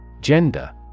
Gender